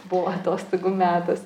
buvo atostogų metas